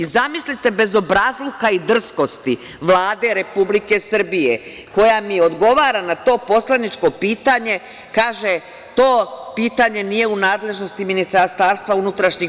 Zamislite, bezobrazluka i drskosti Vlade Republike Srbije koja mi odgovara na to poslaničko pitanje, kaže – to pitanje nije u nadležnosti MUP.